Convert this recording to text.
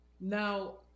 Now